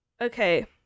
Okay